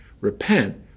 Repent